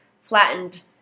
flattened